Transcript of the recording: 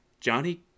Johnny